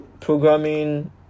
programming